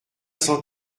cent